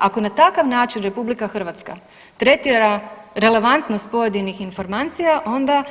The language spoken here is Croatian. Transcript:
Ako na takav način Republika Hrvatska tretira relevantnost pojedinih informacija, onda